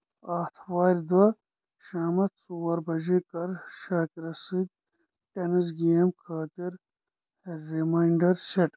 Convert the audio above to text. آتھوارِ دۄہ شامس ژۄرِ بجے کر شاکرس سۭتۍ ٹینس گیم خٲطرٕ ریماینڈر سیٹ